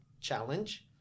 challenge